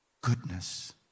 goodness